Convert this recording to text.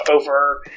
over